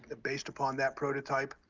ah based upon that prototype.